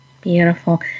Beautiful